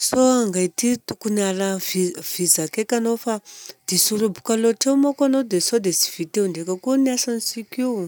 Sao angaity tokony hiala vizaka eky anao fa diso roboka loatra eky manko anao dia sao dia tsy ho vita eo ndreka koa ny asantsika io.